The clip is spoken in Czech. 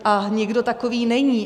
A nikdo takový není.